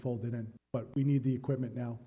folded and but we need the equipment now